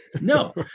No